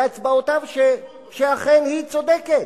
בהצבעותיו, שאכן היא צודקת,